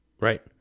right